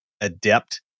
adept